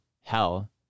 hell